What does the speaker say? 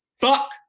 fuck